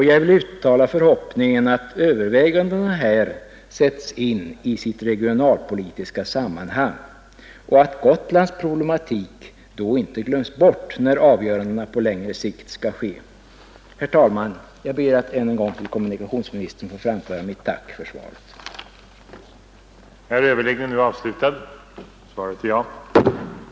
Jag vill uttala den förhoppningen att dessa överväganden sätts in i sitt regionalpolitiska sammanhang och att Gotlands problematik inte glöms bort när avgörandena på längre sikt skall ske. Herr talman! Jag ber än en gång att till kommunikationsministern få framföra ett tack för svaret på min interpellation.